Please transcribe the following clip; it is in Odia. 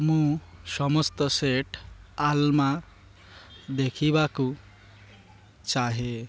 ମୁଁ ସମସ୍ତ ସେଟ୍ ଆଲାର୍ମ ଦେଖିବାକୁ ଚାହେଁ